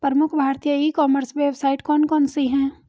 प्रमुख भारतीय e commerce website कौन कौन सी हैं?